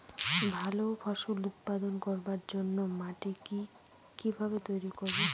ভালো ফসল উৎপাদন করবার জন্য মাটি কি ভাবে তৈরী করব?